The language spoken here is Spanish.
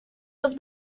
los